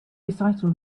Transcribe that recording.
recital